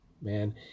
man